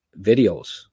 videos